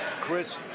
Chris